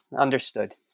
understood